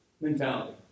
mentality